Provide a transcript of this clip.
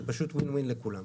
זה פשוט win win לכולם.